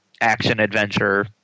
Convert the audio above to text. action-adventure